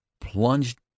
plunged